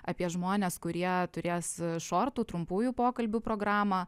apie žmones kurie turės šortų trumpųjų pokalbių programą